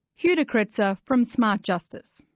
hugh de kretser from smart justice.